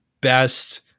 best